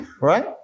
right